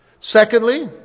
Secondly